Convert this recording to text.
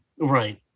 Right